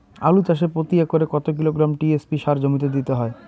আলু চাষে প্রতি একরে কত কিলোগ্রাম টি.এস.পি সার জমিতে দিতে হয়?